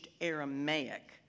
Aramaic